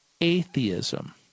atheism